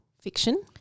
fiction